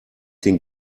den